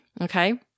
okay